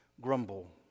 grumble